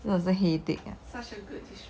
it was a headache